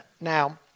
Now